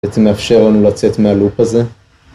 בעצם מאפשר לנו לצאת מהלופ הזה